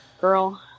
girl